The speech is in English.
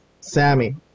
Sammy